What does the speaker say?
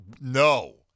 no